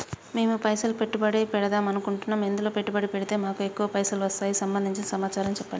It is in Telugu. మేము పైసలు పెట్టుబడి పెడదాం అనుకుంటే ఎందులో పెట్టుబడి పెడితే మాకు ఎక్కువ పైసలు వస్తాయి సంబంధించిన సమాచారం చెప్పండి?